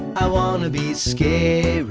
i wanna be scary.